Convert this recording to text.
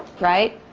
right?